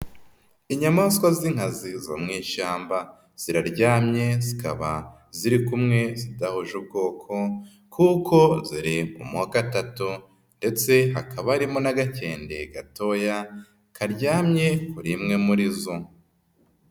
Inyamaswa z'inkazi zo mu ishyamba. Ziraryamye, zikaba ziri kumwe zidahuje ubwoko kuko ziri mu moko atatu ndetse hakaba harimo n'agakende gatoya, karyamye kuri imwe muri zo.